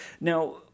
Now